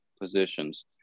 positions